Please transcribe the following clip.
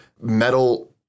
metal